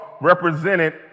represented